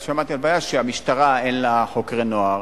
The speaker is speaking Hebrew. שמעתי על הבעיה שלמשטרה אין חוקרי נוער,